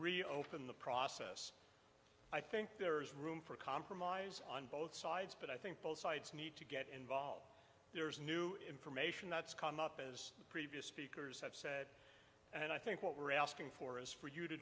reopen the process i think there is room for compromise on both sides but i think both sides need to get involved there's new information that's come up as the previous speakers have said and i think what we're asking for is for you to